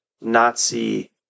Nazi